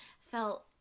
felt